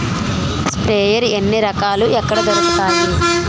Sprayer ఎన్ని రకాలు? ఎక్కడ దొరుకుతాయి?